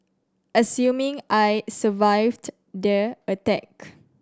assuming I survived the attack